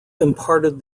imparted